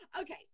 okay